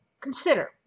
Consider